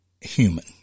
human